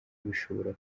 bishobora